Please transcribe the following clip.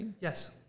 Yes